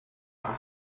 macht